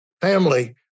family